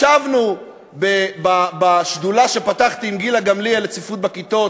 ישבנו בשדולה שפתחתי עם גילה גמליאל למאבק בצפיפות בכיתות.